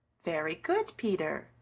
very good, peter,